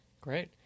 Great